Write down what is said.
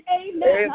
amen